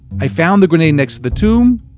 i found the grenade next to the tomb,